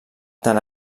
tant